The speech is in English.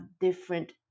different